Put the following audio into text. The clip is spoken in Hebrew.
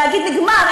להגיד: נגמר,